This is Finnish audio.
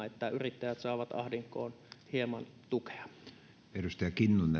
että yrittäjät saavat ahdinkoon hieman tukea